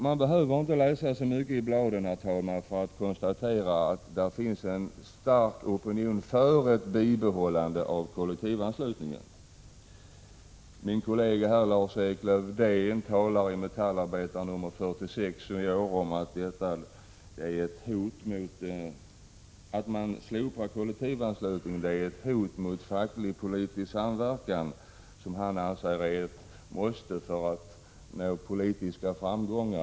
Man behöver inte läsa så mycket i bladen för att konstatera att det finns en stark opinion för ett bibehållande av kollektivanslutningen. Min kollega Lars-Erik Lövdén talar i Metallarbetaren nr 46 i år om att ett 23 slopande av kollektivanslutningen är ett hot mot den fackligt-politiska samverkan som han anser vara ett måste för att nå politiska framgångar.